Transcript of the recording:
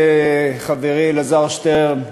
חברי אלעזר שטרן,